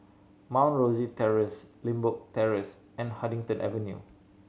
Mount Rosie Terrace Limbok Terrace and Huddington Avenue